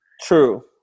True